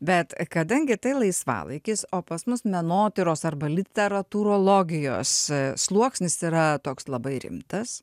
bet kadangi tai laisvalaikis o pas mus menotyros arba literatūrologijos sluoksnis yra toks labai rimtas